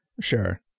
Sure